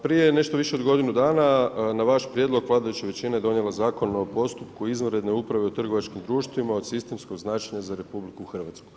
Prije nešto više od godinu dana na vaš prijedlog vladajuća većina je donijela Zakon o postupku izvanredne uprave u trgovačkim društvima od sistemskog značenja za RH.